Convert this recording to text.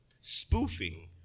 spoofing